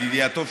ידידי הטוב,